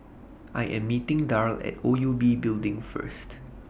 I Am meeting Darl At O U B Building First